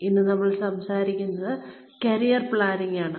ഇന്ന് നമ്മൾ സംസാരിക്കുന്നത് കരിയർ പ്ലാനിംഗ് ആണ്